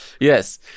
yes